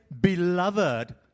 Beloved